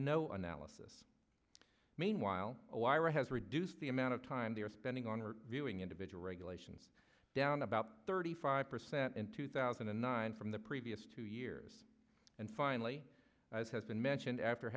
no analysis meanwhile a wire has reduced the amount of time they were spending on or viewing individual regulations down about thirty five percent in two thousand and nine from the previous two years and finally as has been mentioned after